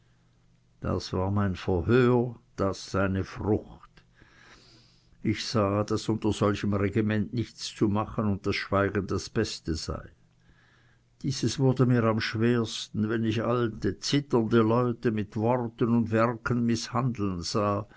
das war mein verhör das seine frucht ich sah daß unter solchem regiment gar nichts zu machen und schweigen das beste sei dieses wurde mir am schwersten wenn ich alte zitternde leute mit worten und werken mißhandeln sah